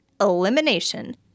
elimination